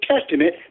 Testament